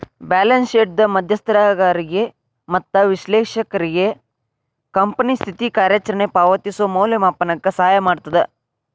balance ಶೇಟ್ದ್ ಮಧ್ಯಸ್ಥಗಾರಿಗೆ ಮತ್ತ ವಿಶ್ಲೇಷಕ್ರಿಗೆ ಕಂಪನಿ ಸ್ಥಿತಿ ಕಾರ್ಯಚರಣೆ ಪಾವತಿಸೋ ಮೌಲ್ಯಮಾಪನಕ್ಕ ಸಹಾಯ ಮಾಡ್ತದ